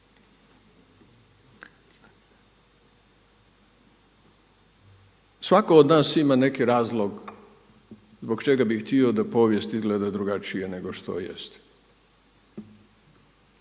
Svatko od nas ima neki razlog zbog čega bi htio da povijest izgleda drugačije nego što jest